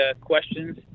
questions